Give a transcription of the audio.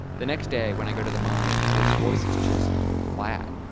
the next day, when i go to the mine, his voice is just flat.